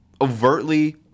overtly